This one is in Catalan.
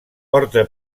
porta